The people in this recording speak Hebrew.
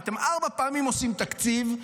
אתם ארבע פעמים עושים תקציב,